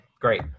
Great